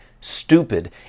stupid